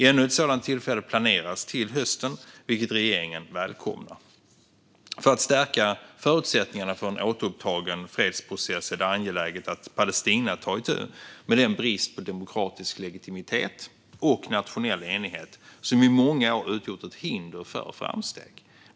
Ännu ett sådant tillfälle planeras till hösten, vilket regeringen välkomnar. För att stärka förutsättningarna för en återupptagen fredsprocess är det angeläget att Palestina tar itu med den brist på demokratisk legitimitet och nationell enighet som i många år utgjort ett hinder för framsteg.